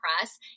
press